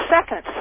seconds